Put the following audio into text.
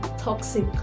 toxic